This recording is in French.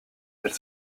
elle